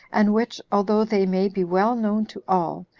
and which, although they may be well known to all,